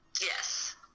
Yes